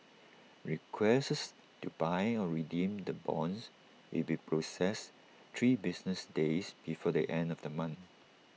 requests to buy or redeem the bonds will be processed three business days before the end of the month